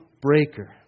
breaker